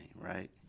right